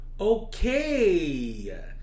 okay